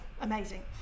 amazing